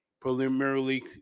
Preliminary